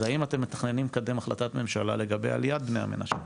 זה האם אתם מתכננים לקדם החלטת ממשלה לגבי עליית בני המנשה,